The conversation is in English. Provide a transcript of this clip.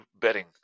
betting